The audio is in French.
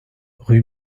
rue